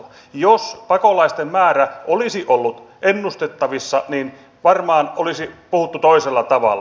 jos pakolaisten määrä olisi ollut ennustettavissa niin varmaan olisi puhuttu toisella tavalla